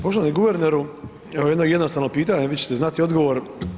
Poštovani guverneru imam jedno jednostavno pitanje, vi ćete znati odgovor.